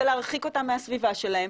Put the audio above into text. זה להרחיק אותם מהסביבה שלהם,